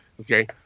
Okay